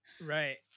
Right